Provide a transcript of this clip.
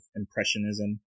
impressionism